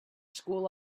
school